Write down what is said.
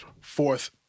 fourth